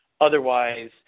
Otherwise